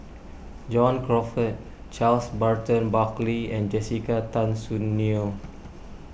John Crawfurd Charles Burton Buckley and Jessica Tan Soon Neo